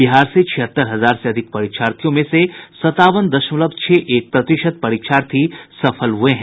बिहार से छिहत्तर हजार से अधिक परीक्षार्थियों में से संतावन दशमलव छह एक प्रतिशत परीक्षार्थी सफल हुए हैं